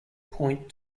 point